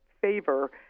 favor